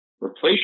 replace